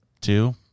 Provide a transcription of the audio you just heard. two